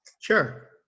Sure